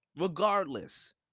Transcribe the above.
regardless